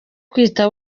kwita